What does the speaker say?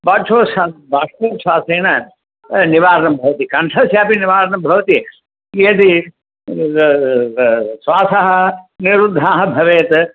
बाछ्वोस्वा बाष्पोच्छ्वासेन निवारणं भवति कण्ठस्यापि निवारणं भवति यदि श्वासः निरुद्धः भवेत्